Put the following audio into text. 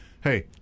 hey